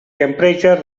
temperature